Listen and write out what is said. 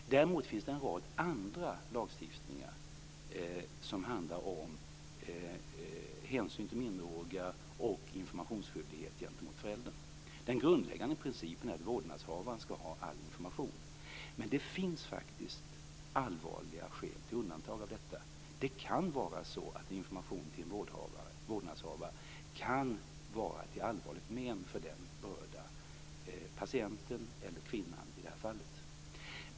Däremot finns det en rad andra lagstiftningar som handlar om hänsyn till minderåriga och informationsskyldighet gentemot föräldern. Den grundläggande principen är att vårdnadshavaren skall ha all information. Men det finns faktiskt allvarliga skäl för undantag. Information till en vårdnadshavare kan vara till allvarligt men för den berörda patienten - i det här fallet kvinnan.